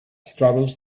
straddles